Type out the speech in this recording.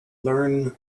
learn